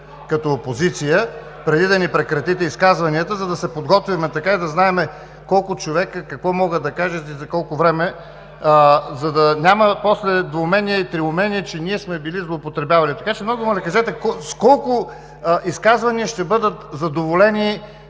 като опозиция преди да ни прекратите изказванията, за да се подготвим и да знаем колко човека какво могат да кажат и за колко време, за да няма двоумение и триумение, че ние сме били злоупотребявали. Много Ви моля, кажете с колко изказвания ще бъдат задоволени